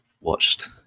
watched